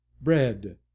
bread